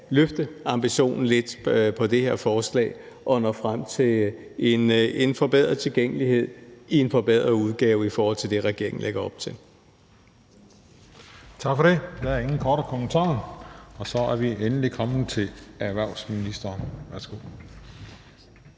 løfte ambitionen lidt i det her forslag og nå frem til en forbedret tilgængelighed i en forbedret udgave i forhold til det, regeringen lægger op til.